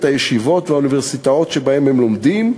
את הישיבות והאוניברסיטאות שבהן הם לומדים,